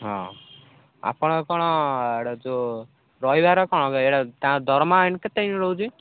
ହଁ ଆପଣ କ'ଣ ଏଇଟା ଯେଉଁ ରହିବାର କ'ଣ ଏଇଟା ତାଙ୍କ ଦରମା ଏଇନା କେତେ ରହୁଛି